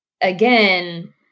again